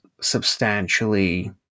substantially